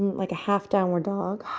like a half-downward dog.